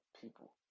people